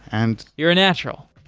and you're a natural